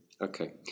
Okay